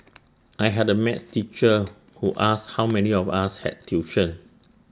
I had A math teacher who asked how many of us had tuition